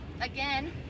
again